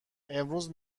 امروز